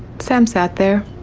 sam sat there.